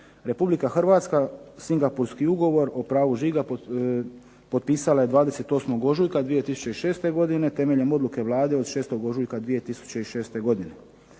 Republika Hrvatska Singapurski ugovor o pravu žiga potpisala je 28. ožujka 2006. godine temeljem odluke Vlade od 6. ožujka 2006. godine.